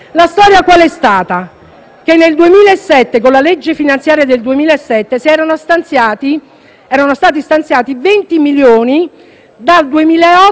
Che con la legge finanziaria del 2007 erano stati stanziati 20 milioni dal 2008 in